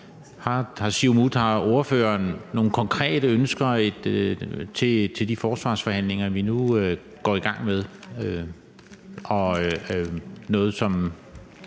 Har ordføreren for Siumut nogle konkrete ønsker til de forsvarsforhandlinger, vi nu går i gang med,